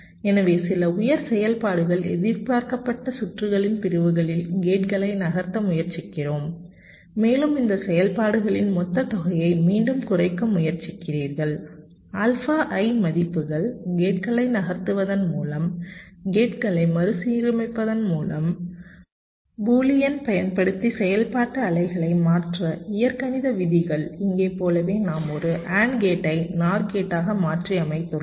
எனவே சில உயர் செயல்பாடுகள் எதிர்பார்க்கப்பட்ட சுற்றுகளின் பிரிவுகளில் கேட்களை நகர்த்த முயற்சிக்கிறோம் மேலும் இந்த செயல்பாடுகளின் மொத்த தொகையை மீண்டும் குறைக்க முயற்சிக்கிறீர்கள் ஆல்பா i மதிப்புகள் கேட்களை நகர்த்துவதன் மூலம் கேட்களை மறுசீரமைப்பதன் மூலம் பூலியன் பயன்படுத்தி செயல்பாட்டு அலைகளை மாற்ற இயற்கணித விதிகள் இங்கே போலவே நாம் ஒரு AND கேட்டைNOR கேட்டாக மாற்றியமைத்துள்ளோம்